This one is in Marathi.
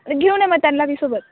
घेऊन ये मग त्यांनाही सोबत